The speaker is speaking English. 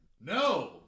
No